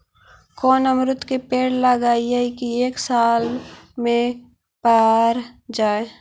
कोन अमरुद के पेड़ लगइयै कि एक साल में पर जाएं?